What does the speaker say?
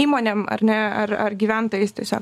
įmonėm ar ne ar ar gyventojais tiesiog